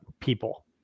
people